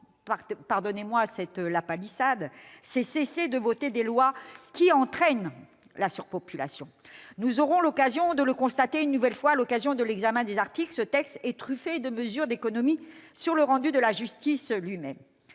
pardonnez-moi cette lapalissade -que l'on cesse d'adopter des lois qui entraînent la surpopulation. Nous aurons l'occasion de constater une nouvelle fois, lors de l'examen des articles, que ce texte est truffé de mesures d'économie sur le rendu de la justice lui-même.